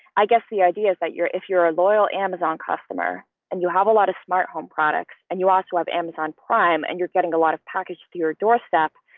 i guess the idea is that you're if you're a loyal amazon customer and you have a lot of smart home products and you also have amazon prime and you're getting a lot of package for your doorstep,